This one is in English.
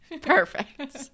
Perfect